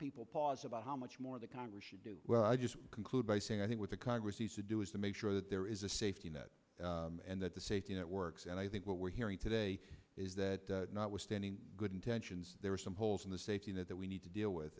people pause about how much more the congress should do well i just conclude by saying i think what the congress needs to do is to make sure that there is a safety net and that the safety net works and i think what we're hearing today is that notwithstanding good intentions there are some holes in the safety net that we need to deal with